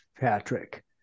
Patrick